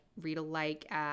read-alike